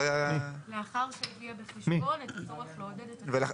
למילים - לאחר שהביאה בחשבון את הצורך לעודד את התחרות.